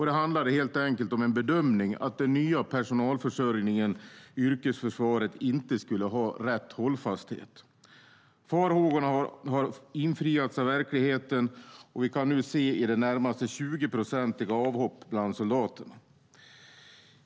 Det handlade helt enkelt om en bedömning att den nya personalförsörjningen, yrkesförsvaret, inte skulle ha rätt hållfasthet. Farhågorna har infriats av verkligheten, och vi kan nu se i det närmaste 20-procentiga avhopp bland soldaterna.